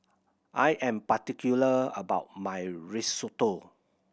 I am particular about my Risotto